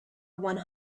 one